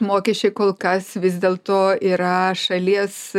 mokesčiai kol kas vis dėlto yra šalies